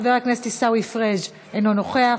חבר הכנסת עיסאווי פריג' אינו נוכח,